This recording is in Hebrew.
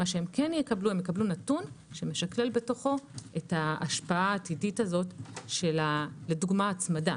הם יקבלו נתון שמשקלל את ההשפעה העתידית של הצמדה,